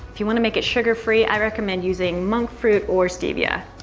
if you want to make it sugar-free, i recommend using monk fruit or stevia.